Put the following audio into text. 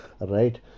Right